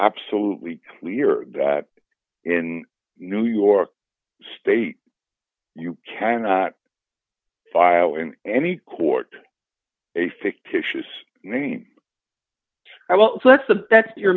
absolutely clear that in new york state you cannot file in any court a fictitious name i well that's a that's your